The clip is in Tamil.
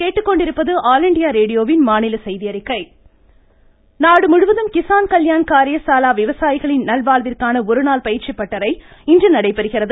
ஸ்ஸ்ஸ்ஸ் கிசான் கல்யாண் காரிய ஷாலா நாடுமுழுவதும் கிசான் கல்யாண் காரிய சாலா விவசாயிகளின் நல்வாழ்விற்கான ஒருநாள் பயிற்சி பட்டறை இன்று நடைபெறுகிறது